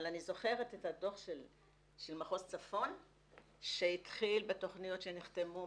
אבל אני זוכרת את הדוח שלי של מחוז צפון שהתחיל בתוכניות שנחתמו,